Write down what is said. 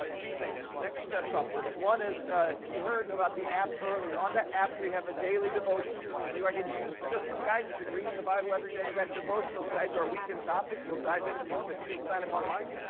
but two things. next steps off this. one is you heard about the app earlier. on the app, we have a daily devotional. if you could use just some guidance in reading the bible every day, that devotional is tied to our weekend topic. we'll dive into more, but you can sign up online.